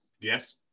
yes